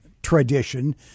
tradition